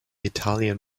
italian